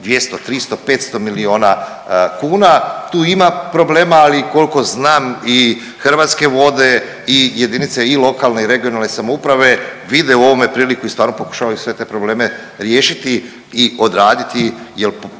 200, 300, 500 miliona kuna. Tu ima problema, ali koliko znam i Hrvatske vode i jedinice i lokalne i regionalne samouprave vide u ovome priliku i stvarno pokušavaju sve te probleme riješiti i odraditi